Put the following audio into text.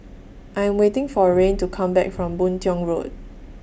I Am waiting For Rayne to Come Back from Boon Tiong Road